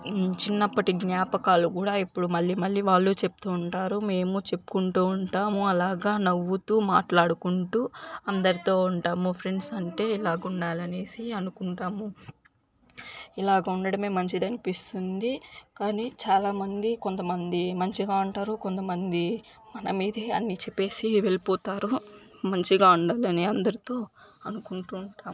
చిన్నప్పటి జ్ఞాపకాలు కూడా ఇప్పుడు మళ్లీ మళ్లీ వాళ్లు చెబుతూ ఉంటారు మేము చెప్పుకుంటూ ఉంటాము అలాగా నవ్వుతూ మాట్లాడుకుంటూ అందరితో ఉంటాము ఫ్రెండ్స్ అంటే ఇలాగా ఉండాలి అనేసి అనుకుంటాము ఇలాగా ఉండడమే మంచిది అనిపిస్తుంది కానీ చాలామంది కొంతమంది మంచిగా ఉంటారు కొంతమంది మన మీదే అని చెప్పేసి వెళ్ళిపోతారు మంచిగా ఉండాలని అందరితో అనుకుంటూ ఉంటాము